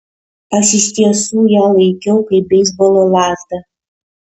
aš iš tiesų ją laikiau kaip beisbolo lazdą